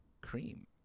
cream